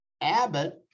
abbott